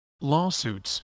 lawsuits